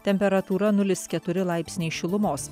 temperatūra nulis keturi laipsniai šilumos